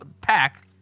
pack